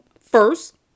First